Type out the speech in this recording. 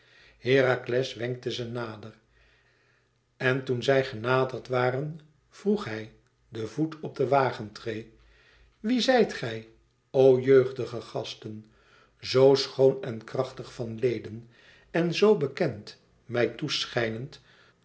herakles wenkte ze nader en toen zij genaderd waren vroeg hij den voet op de wagentreê wie zijt gij o jeugdige gasten zoo schoon en krachtig van leden en zoo bekend mij